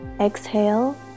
Exhale